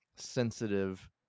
sensitive